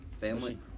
Family